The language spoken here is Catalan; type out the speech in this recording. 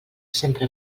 sempre